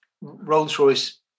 Rolls-Royce